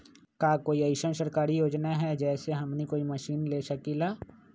का कोई अइसन सरकारी योजना है जै से हमनी कोई मशीन ले सकीं ला?